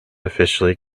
officially